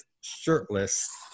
shirtless